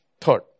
Third